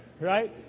right